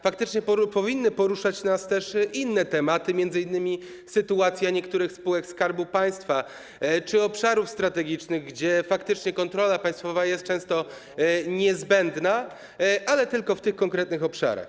Faktycznie powinny poruszać nas też inne tematy, m.in. sytuacja niektórych spółek Skarbu Państwa czy obszarów strategicznych, gdzie faktycznie kontrola państwowa jest często niezbędna - ale tylko w tych konkretnych obszarach.